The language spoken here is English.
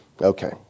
Okay